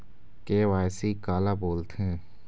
KYC काला बोलथें?